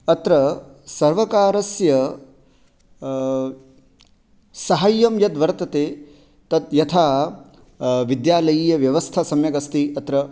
अत्र सर्वकारस्य साहाय्यं यद्वर्तते तद् यथा विद्यालयीयव्यवस्था सम्यक् अस्ति अत्र